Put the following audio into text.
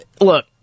look